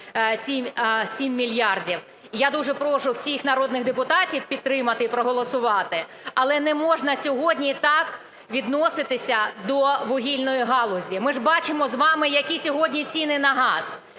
ці 7 мільярдів, і я дуже прошу всіх народних депутатів підтримати і проголосувати. Але не можна сьогодні так відноситися до вугільної галузі. Ми ж бачимо з вами, які сьогодні ціни на газ.